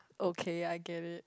okay I get it